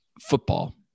football